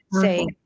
Say